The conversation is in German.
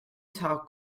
tag